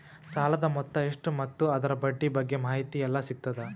ಸಾಲದ ಮೊತ್ತ ಎಷ್ಟ ಮತ್ತು ಅದರ ಬಡ್ಡಿ ಬಗ್ಗೆ ಮಾಹಿತಿ ಎಲ್ಲ ಸಿಗತದ?